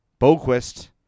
Boquist